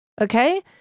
Okay